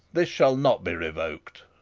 this shall not be revok'd.